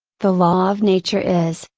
the law of nature is,